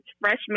freshman